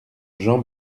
jean